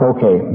Okay